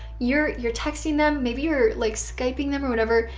you're you're texting them, maybe you're like skyping them or whatever.